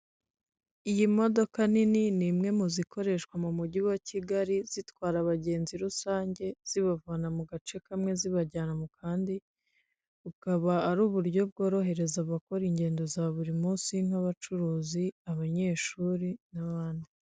Iyi modoka nini ni imwe mu zikoreshwa mu mujyi wa Kigali zitwara abagenzi rusange zibavana mu gace kamwe zibajyana mu kandi, bukaba ari uburyo bworohereza abakora ingendo za buri munsi nk'abacuruzi, abanyeshuri n'abandi.